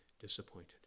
disappointed